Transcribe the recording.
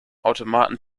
automaten